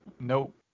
nope